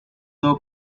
thou